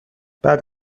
بعد